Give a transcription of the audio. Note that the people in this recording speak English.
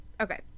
Okay